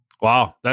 Wow